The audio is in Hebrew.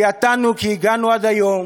תעתענו, כי הגענו היום